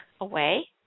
away